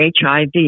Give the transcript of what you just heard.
HIV